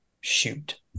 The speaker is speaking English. Shoot